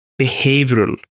behavioral